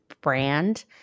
brand